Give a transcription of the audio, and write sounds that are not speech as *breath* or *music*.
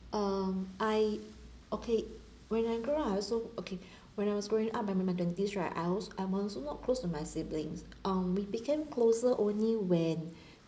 um I okay when I grow up I also okay when I was growing up I'm in my twenties right I also I'm also not close to my siblings um we became closer only when *breath*